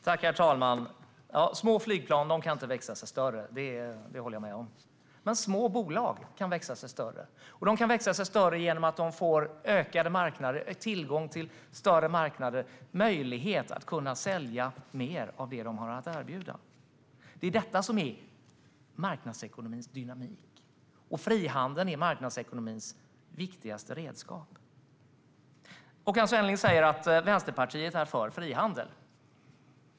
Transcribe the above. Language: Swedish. Herr talman! Små flygplan kan inte växa sig större - det håller jag med om. Men små bolag kan växa sig större. De kan växa sig större genom att de får tillgång till större marknader och möjlighet att sälja mer av det som de har att erbjuda. Detta är marknadsekonomins dynamik, och frihandeln är marknadsekonomins viktigaste redskap. Håkan Svenneling säger att Vänsterpartiet är för frihandel.